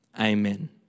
amen